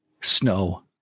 Snow